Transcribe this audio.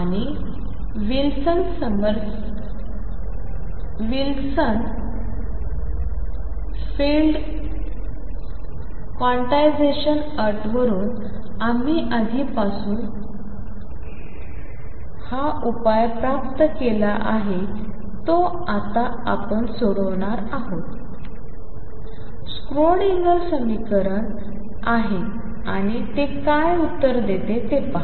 आणि Wilson Sommerfeld quantization अट वरून आम्ही आधीपासूनच हा उपाय प्राप्त केला आहे तो आता आपण सोडवणार आहोत ते स्क्रोडिंगर समीकरण आहे आणि ते काय उत्तर देते ते पहा